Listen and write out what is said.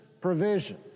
provision